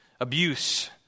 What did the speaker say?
abuse